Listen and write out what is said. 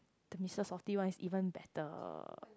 the Mister softee one is even better